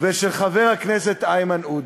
וחבר הכנסת איימן עודה.